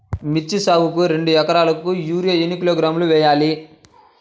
మిర్చి సాగుకు రెండు ఏకరాలకు యూరియా ఏన్ని కిలోగ్రాములు వేయాలి?